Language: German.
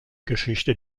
geschichte